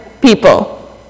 people